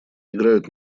играют